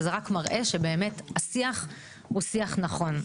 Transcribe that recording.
וזה רק מראה שבאמת השיח הוא שיח נכון.